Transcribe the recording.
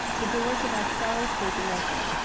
the doors of our cells gaping open,